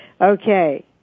Okay